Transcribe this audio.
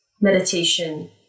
meditation